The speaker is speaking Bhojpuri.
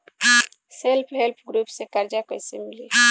सेल्फ हेल्प ग्रुप से कर्जा कईसे मिली?